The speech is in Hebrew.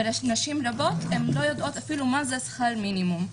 נשים רבות לא יודעות אפילו מה זה שכר מינימום.